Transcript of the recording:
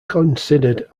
considered